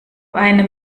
einem